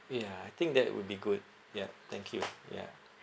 ya I think that would be good ya thank you ya